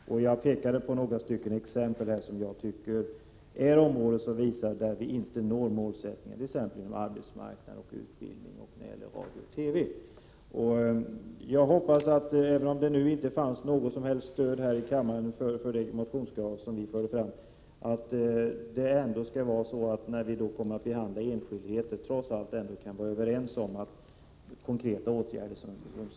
Jag anförde några exempel på områden där jag anser att vi inte uppnått målen. Det gäller t.ex. arbetsmarknad, utbildning samt radio och TV. Även om det inte funnits något som helst stöd här i kammaren för våra motionskrav, hoppas jag att vi när vi skall behandla enskildheter trots allt ändå kan vara överens om de konkreta åtgärder som behöver vidtas.